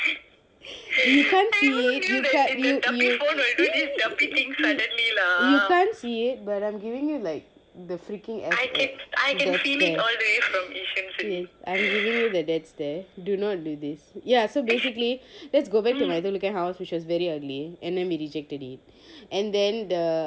you can't feel it you can't you you you can't see it but I'm giving you like the freaking death stare I'm giving you the death stare do not do this ya so basically let's go back to my looking house which was very ugly and then we rejected it